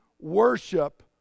worship